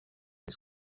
his